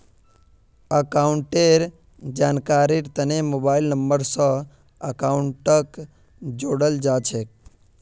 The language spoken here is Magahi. अकाउंटेर जानकारीर तने मोबाइल नम्बर स अकाउंटक जोडाल जा छेक